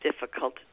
difficult